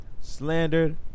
slandered